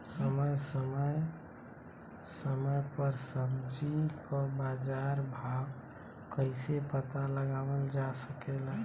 समय समय समय पर सब्जी क बाजार भाव कइसे पता लगावल जा सकेला?